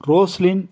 Roslin